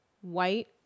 white